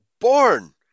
born